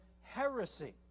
heresy